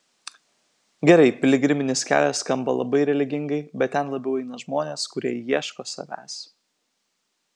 gerai piligriminis kelias skamba labai religingai bet ten labiau eina žmonės kurie ieško savęs